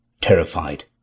Terrified